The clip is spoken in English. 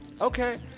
Okay